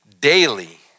daily